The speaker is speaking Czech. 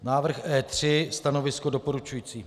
Návrh E3, stanovisko doporučující.